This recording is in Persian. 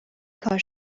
کار